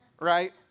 right